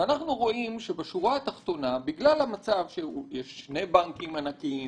אנחנו רואים שבשורה התחתונה - בגלל המצב שיש שני בנקים ענקיים,